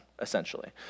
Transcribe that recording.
essentially